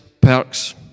perks